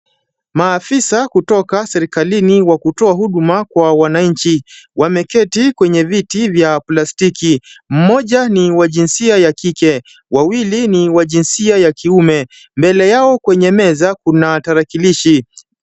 Maafisa kutoka serikalini wa kutoa huduma kwa wananchi, wameketi kwenye viti vya plastiki. Mmoja ni wa jinsia ya kike, wawili ni wa jinsia ya kiume. Mbele yao kwenye meza kuna tarakilishi.